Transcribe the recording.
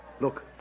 Look